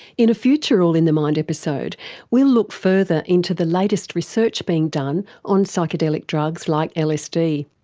in a future all in the mind episode we'll look further into the latest research being done on psychedelic drugs like lsd.